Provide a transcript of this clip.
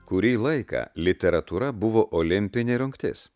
kurį laiką literatūra buvo olimpinė rungtis